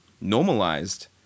normalized